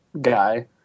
guy